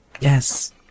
Yes